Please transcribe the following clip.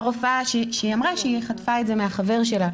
והיא אמרה לרופאה שהיא חטפה את זה מהחבר שלה.